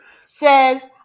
says